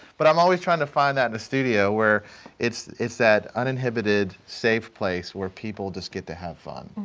but i'm always trying to find that in the studio, where it's it's that uninhibited safe place where people just get to have fun.